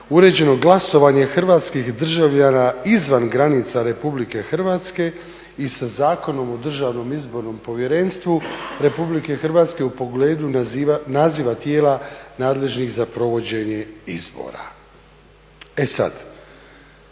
uređeno glasovanje hrvatskih državljana izvan granica Republike Hrvatske i sa Zakonom o Državnom izbornom povjerenstvu Republike Hrvatske u pogledu naziva tijela nadležnih za provođenje izbora. E sad,